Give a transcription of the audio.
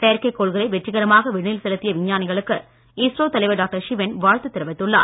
செயற்கைகோள்களை வெற்றிகரமாக விண்ணில் செலுத்திய விஞ்ஞானிகளுக்கு இஸ்ரோ தலைவர் டாக்டர் சிவன் வாழ்த்து தெரிவித்துள்ளார்